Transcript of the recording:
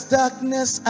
darkness